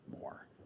more